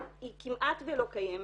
היא כמעט ולא קיימת,